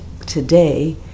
Today